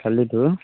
କାଲିଠୁ